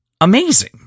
amazing